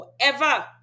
forever